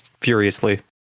furiously